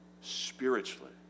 spiritually